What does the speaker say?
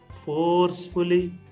forcefully